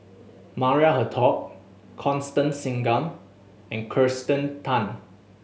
Maria Hertogh Constance Singam and Kirsten Tan